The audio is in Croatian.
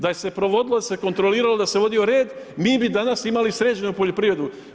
Da se je provodilo, da se kontrolirao, da se vodio red mi bi danas imali sređenu poljoprivredu.